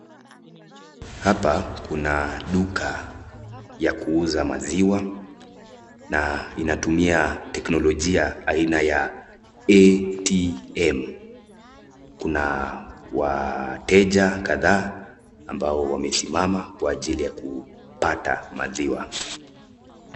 Hapa kuna duka ya kuuza maziwa na inatumia teknolojia aina ya ATM, kuna wateja kadhaa ambao wamesimama kwa ajili ya kupata maziwa.